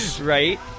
Right